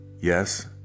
Yes